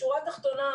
בשורה התחתונה,